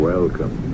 Welcome